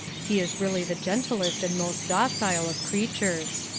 he is really the gentlest and most docile of creatures!